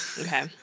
Okay